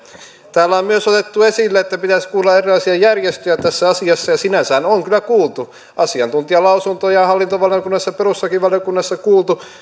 täällä on myös otettu esille että pitäisi kuulla erilaisia järjestöjä tässä asiassa ja sinänsähän on kyllä kuultu asiantuntijalausuntoja hallintovaliokunnassa ja perustuslakivaliokunnassa kuultu